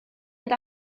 mynd